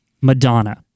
Madonna